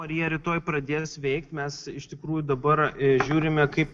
ar jie rytoj pradės veikt mes iš tikrųjų dabar žiūrime kaip